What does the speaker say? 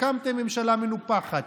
הקמתם ממשלה מנופחת,